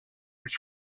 was